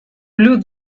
blew